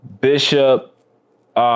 Bishop